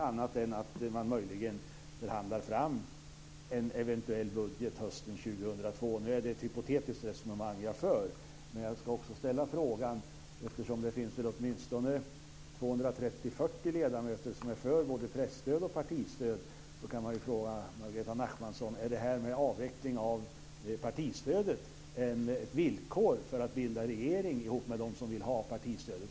Möjligen kan man förhandla fram något i en eventuell budget hösten 2002. Det är ett hypotetiskt resonemang jag för, men jag ska ändå ställa frågan. Det finns åtminstone 230-240 ledamöter som är för både presstöd och partistöd. Jag vill fråga Margareta Nachmanson om avveckling av partistödet är ett villkor för att bilda regering ihop med dem som vill ha kvar partistödet.